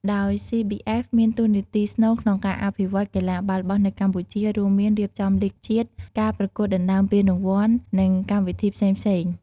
ដោយ CBF មានតួនាទីស្នូលក្នុងការអភិវឌ្ឍកីឡាបាល់បោះនៅកម្ពុជា រួមមាន រៀបចំលីគជាតិ ការប្រកួតដណ្ដើមពានរង្វាន់ និងកម្មវិធីផ្សេងៗ។